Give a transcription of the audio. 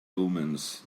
omens